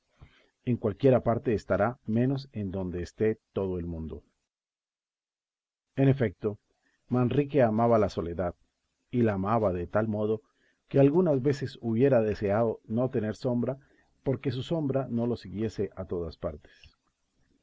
en cualquiera parte estará menos en donde esté todo el mundo en efecto manrique amaba la soledad y la amaba de tal modo que algunas veces hubiera deseado no tener sombra por que su sombra no lo siguiese a todas partes